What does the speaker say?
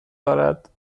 دارد